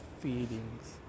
feelings